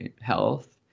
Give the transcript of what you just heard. health